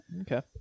Okay